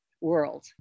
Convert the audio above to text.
world